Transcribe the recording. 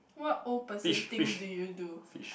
what old person things do you do